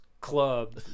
club